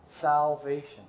salvation